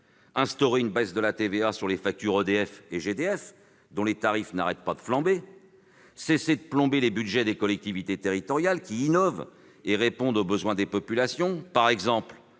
Instaurez une baisse de la TVA sur les factures EDF et GDF, dont les tarifs n'arrêtent pas de flamber. Cessez de plomber les budgets des collectivités territoriales qui innovent et répondent aux besoins des populations, par exemple